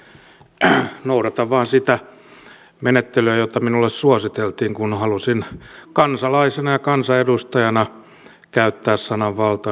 noudatan vain sitä menettelyä jota minulle suositeltiin kun halusin kansalaisena ja kansanedustajana käyttää sananvaltaani